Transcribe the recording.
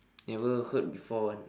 never heard before [one]